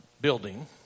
building